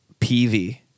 PV